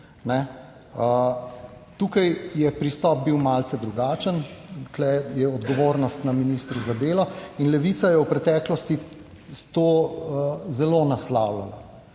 Tukaj je pristop bil malce drugačen, tu je odgovornost na ministru za delo in Levica je v preteklosti to zelo naslavljala.